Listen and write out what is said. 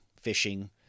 fishing